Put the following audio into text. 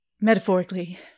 Metaphorically